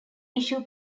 issue